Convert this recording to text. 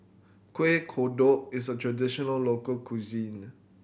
Kuih Kodok is a traditional local cuisine